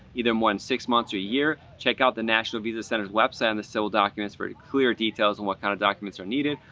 either more than six months or a year. check out the national visa center website in the civil documents, very clear details on what kind of documents are needed.